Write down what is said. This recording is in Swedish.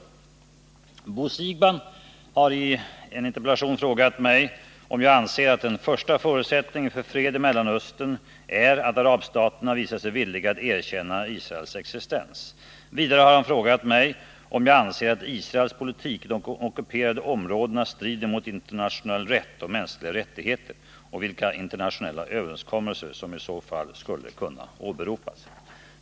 123 Bo Siegbahn har i en interpellation frågat mig om jag anser att den första förutsättningen för fred i Mellanöstern är att arabstaterna visar sig villiga att erkänna Israels existens. Vidare har han frågat mig om jag anser att Israels politik i de ockuperade områdena strider mot internationell rätt och mänskliga rättigheter och vilka internationella överenskommelser som i så fall skulle kunna åberopas.